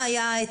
היה,